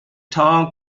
town